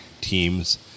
teams